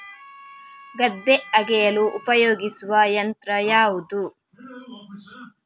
ಗದ್ದೆ ಅಗೆಯಲು ಉಪಯೋಗಿಸುವ ಯಂತ್ರ ಯಾವುದು?